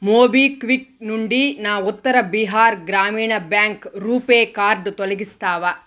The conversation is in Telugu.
మోబిక్విక్ నుండి నా ఉత్తర బీహార్ గ్రామీణ బ్యాంక్ రూపే కార్డ్ తొలగిస్తావా